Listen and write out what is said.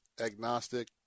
agnostic